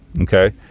Okay